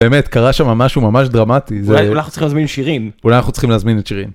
באמת קרה שם משהו ממש דרמטי אולי אנחנו צריכים להזמין שירין. אולי אנחנו צריכים להזמין את שיריו.